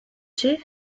fait